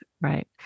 Right